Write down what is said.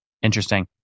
Interesting